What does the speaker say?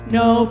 no